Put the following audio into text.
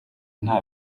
nta